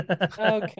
Okay